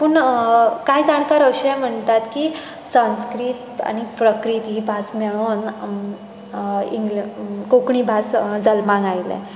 पूण कांय जाणकार अशेंय म्हणटात की संस्कृत आनी प्राकृत ही भास मेळोन इंगल कोंकणी भास जल्माक आयल्या